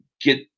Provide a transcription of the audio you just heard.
get –